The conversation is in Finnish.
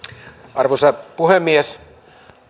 arvoisa puhemies